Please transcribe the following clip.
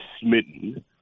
smitten